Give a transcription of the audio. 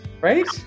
right